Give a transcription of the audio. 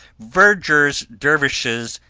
vergers, dervises,